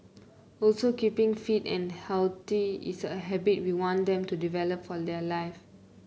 also keeping fit and healthy is a habit we want them to develop for the life